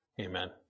Amen